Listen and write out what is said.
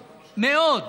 מאוד,